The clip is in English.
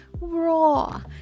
Raw